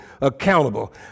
accountable